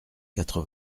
quatre